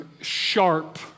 sharp